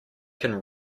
can